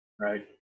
right